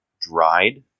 dried